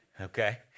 Okay